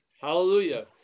Hallelujah